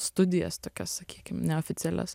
studijas tokias sakykim neoficialias